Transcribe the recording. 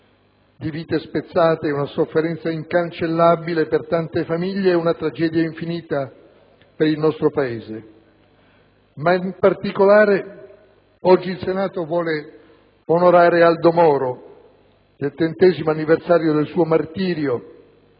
di vite spezzate, una sofferenza incancellabile per tante famiglie ed una tragedia infinita per il nostro Paese. Ma, in particolare, oggi il Senato vuole onorare Aldo Moro, nel trentesimo anniversario del suo martirio,